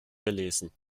gelesen